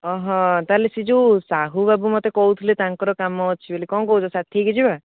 ଓ ହୋ ତାହାଲେ ସେ ଯୋଉ ସାହୁ ବାବୁ ମୋତେ କହୁଥିଲେ ତାଙ୍କର କାମ ଅଛି ବୋଲି କ'ଣ କହୁଛ ସାଥି ହୋଇକି ଯିବା